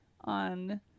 on